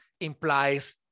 implies